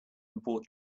import